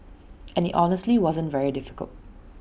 and IT honestly wasn't very difficult